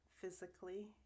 physically